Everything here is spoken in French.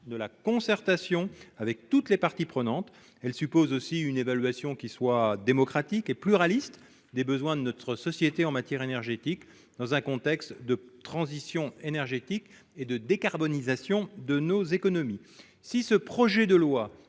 de la concertation avec l'ensemble des parties prenantes. Elle exige aussi une évaluation démocratique et pluraliste des besoins de notre société en matière d'énergie, dans un contexte de transition énergétique et de décarbonation de nos économies. Ce projet de loi,